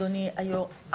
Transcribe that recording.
אדוני היו"ר,